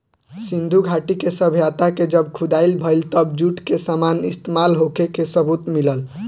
सिंधु घाटी के सभ्यता के जब खुदाई भईल तब जूट के सामान इस्तमाल होखे के सबूत मिलल